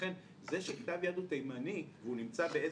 לכן זה שכתב יד הוא תימני והוא נמצא באיזה